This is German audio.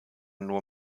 nur